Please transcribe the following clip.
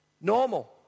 normal